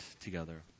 together